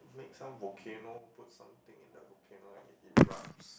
make some volcano put something in the volcano and it erupts